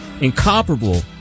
incomparable